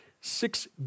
six